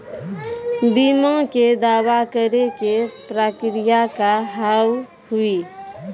बीमा के दावा करे के प्रक्रिया का हाव हई?